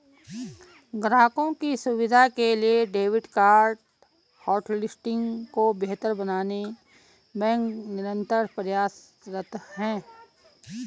ग्राहकों की सुविधा के लिए डेबिट कार्ड होटलिस्टिंग को बेहतर बनाने बैंक निरंतर प्रयासरत है